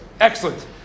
Excellent